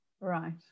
Right